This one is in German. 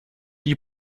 die